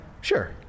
Sure